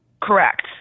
Correct